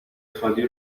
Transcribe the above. خالی